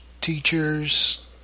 teachers